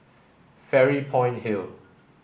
Fairy Point Hill